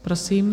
Prosím.